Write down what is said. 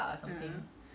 ya